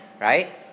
right